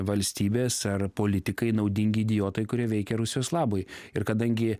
valstybės ar politikai naudingi idiotai kurie veikia rusijos labui ir kadangi